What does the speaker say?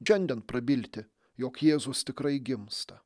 šiandien prabilti jog jėzus tikrai gimsta